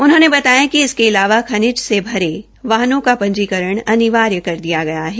उन्होंने बताया कि इसके अलावा खनिज से भरे वाहनों का पंजीकरण अनिवार्य कर दिया गया है